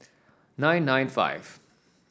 nine nine five